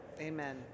Amen